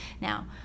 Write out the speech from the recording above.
Now